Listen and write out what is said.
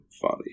funny